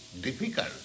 difficult